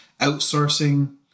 outsourcing